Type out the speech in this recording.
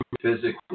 physically